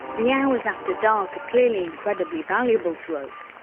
the hours after dark are clearly incredibly valuable to us,